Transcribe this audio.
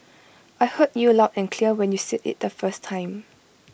I heard you loud and clear when you said IT the first time